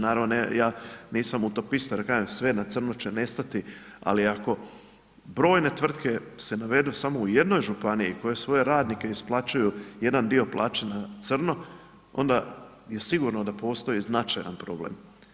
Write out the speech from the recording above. Naravno ja nisam utopista jer kažem sve na crno će nestati, ali ako brojne tvrtke se navedu samo u jednoj županiji koje svoje radnike isplaćuju jedan dio plaće na crno onda je sigurno da postoji značajan problem.